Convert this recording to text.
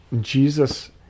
Jesus